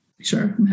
Sure